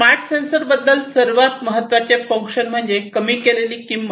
smart सेन्सरबद्दल सर्वात महत्वाचे फंक्शन म्हणजे कमी केलेली किंमत